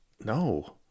No